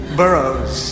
burrows